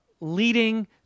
leading